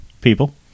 people